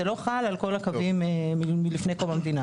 זה לא חל על כל הקווים מלפני קום המדינה.